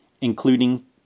including